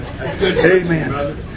Amen